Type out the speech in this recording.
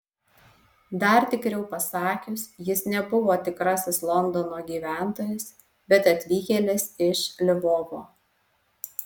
dar tikriau pasakius jis nebuvo tikrasis londono gyventojas bet atvykėlis iš lvovo